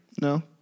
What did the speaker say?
No